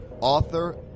author